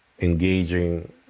engaging